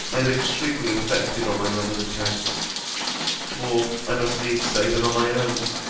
i am extremely affected on my mother's account more, i must needs say, than on my own.